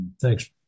Thanks